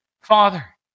Father